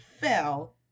fell